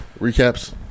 recaps